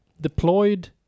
deployed